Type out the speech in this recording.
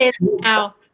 now